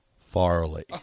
Farley